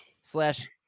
slash